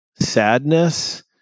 sadness